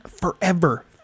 forever